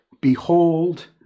Behold